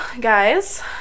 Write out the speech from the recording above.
guys